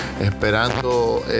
esperando